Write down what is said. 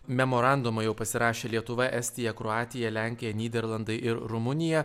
memorandumą jau pasirašė lietuva estija kroatija lenkija nyderlandai ir rumunija